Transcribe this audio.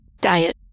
Diet